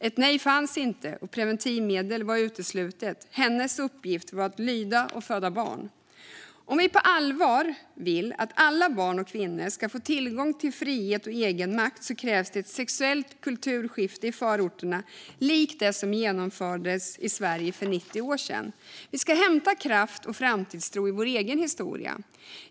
Ett nej fanns inte, och preventivmedel var uteslutet. Hennes uppgift var att lyda och föda barn. Om vi på allvar vill att alla barn och kvinnor ska få tillgång till frihet och egenmakt krävs det ett sexuellt kulturskifte i förorterna, likt det som genomfördes i Sverige för 90 år sedan. Vi ska hämta kraft och framtidstro i vår egen historia.